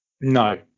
No